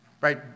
right